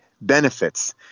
benefits